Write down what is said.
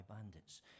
bandits